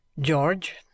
George